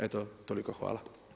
Eto, toliko, hvala.